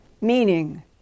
meaning